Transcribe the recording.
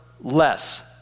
less